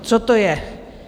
Co to je?